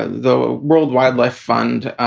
though, world wildlife fund